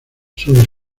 sobre